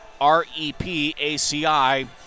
R-E-P-A-C-I